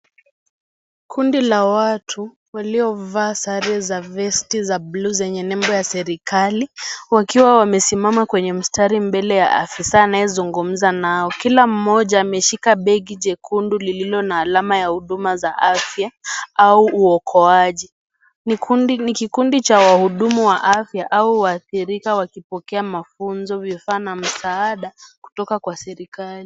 Kundi la watu waliovaa sare za vesti za bluu zenye nembo ya serikali wakiwa wamesimama kwenye mstari mbele ya afisa anayezungumza nao. Kila moja ameshika begi jekundu lililo na alama ya huduma za afya au uokoaji. Ni kikundi cha wahudumu wa afya au waathirika wakipokea mafunzo, vifaa na msaada kutoka kwa serikali.